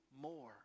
more